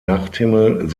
nachthimmel